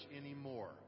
anymore